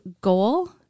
goal